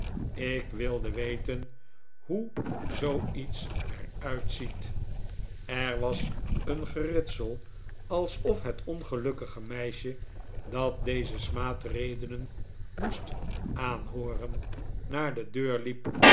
ik wilde weten hoe zooiets er uitziet er was een geritsel alsof het ongelukkige meisje dat deze smaadredenen moest aanhooren naar de deur liep